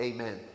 Amen